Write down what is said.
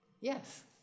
Yes